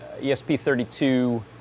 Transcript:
ESP32